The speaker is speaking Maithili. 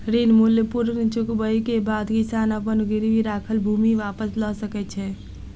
ऋण मूल्य पूर्ण चुकबै के बाद किसान अपन गिरवी राखल भूमि वापस लअ सकै छै